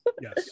Yes